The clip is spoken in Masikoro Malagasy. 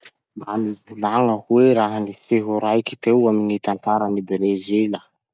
Mba mivolagna hoe raha-niseho raiky teo amy gny tantaran'i Brezila?